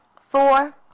four